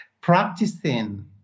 Practicing